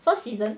first season